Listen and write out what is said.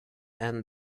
and